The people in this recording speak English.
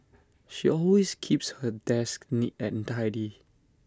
she always keeps her desk neat and tidy